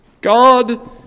God